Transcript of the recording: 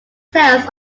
tells